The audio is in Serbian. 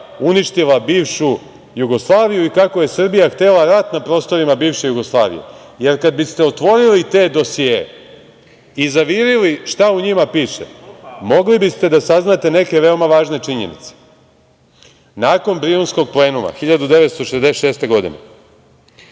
uništila bivšu Jugoslaviju i kako je Srbija htela rat na prostorima bivše Jugoslavije, jer kada biste otvorili te dosijee i zavirili šta u njima piše, mogli biste da saznate neke veoma važne činjenice. Nakon Brionskog plenuma 1966. godine